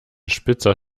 spitzer